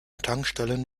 tankstellen